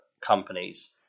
companies